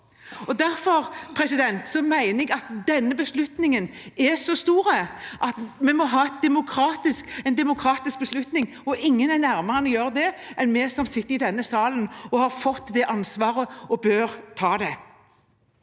Derfor mener jeg at denne beslutningen er så stor at vi må ha en demokratisk beslutning, og ingen er nærmere å gjøre det enn vi som sitter i denne salen og har fått det ansvaret – og bør ta det.